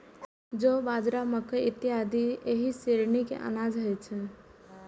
जौ, बाजरा, मकइ इत्यादि एहि श्रेणी के अनाज होइ छै